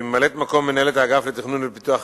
שהיא ממלאת-מקום מנהלת האגף לתכנון ולפיתוח